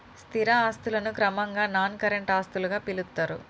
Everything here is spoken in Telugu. స్థిర ఆస్తులను క్రమంగా నాన్ కరెంట్ ఆస్తులుగా పిలుత్తరు